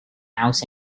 house